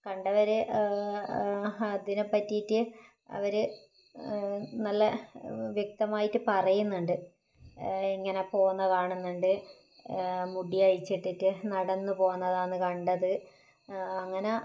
കണ്ടവർ അതിനെപ്പറ്റിയിട്ട് അവർ നല്ല വ്യക്തമായിട്ട് പറയുന്നുണ്ട് ഇങ്ങനെ പോകുന്ന കാണുന്നുണ്ട് മുടി അഴിച്ചിട്ടിട്ട് നടന്നു പോകുന്നതാണ് കണ്ടത് അങ്ങനെ